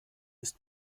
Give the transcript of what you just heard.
ist